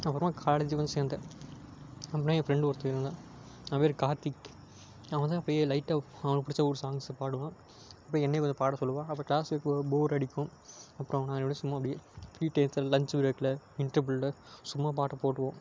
அப்புறமா காலேஜூக்கும் சேர்ந்தேன் அப்புறமே என் ஃப்ரெண்டு ஒருத்தன் இருந்தான் அவன் பேர் கார்த்திக் அவன் தான் அப்போயே லைட்டாக அவனுக்கு பிடிச்ச ஒவ்வொரு சாங்ஸ் பாடுவான் அப்போ என்னையும் கொஞ்சம் பாட சொல்லுவான் அப்போ க்ளாஸுக்குள்ள போர் அடிக்கும் அப்புறம் அவனோட சும்மா அப்படியே டீ டயத்தில் லஞ்ச் ப்ரேக்கில் இன்டர்வெல்ல சும்மா பாட்டை போட்டுவோம்